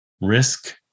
risk